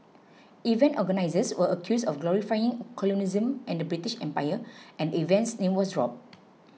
event organisers were accused of glorifying colonialism and the British Empire and the event's name was dropped